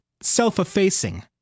self-effacing